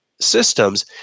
systems